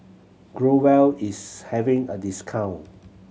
Growell is having a discount